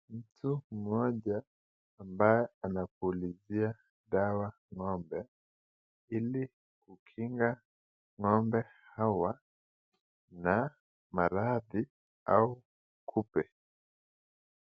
Mtu mmoja ambaye anapulizia dawa ng'ombe ili kukinga ng'ombe hawa na maradhi au kupe.